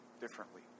differently